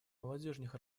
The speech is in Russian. молодежных